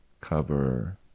cover